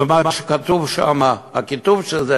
ומה שכתוב שם, הכיתוב של זה: